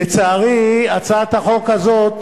לצערי, הצעת החוק הזאת